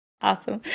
Awesome